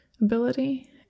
ability